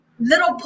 little